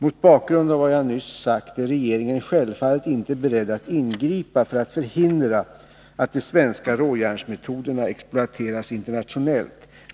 Mot bakgrund av vad jag nyss sagt är regeringen självfallet inte beredd att ingripa för att förhindra att de svenska råjärnsmetoderna exploateras internationellt.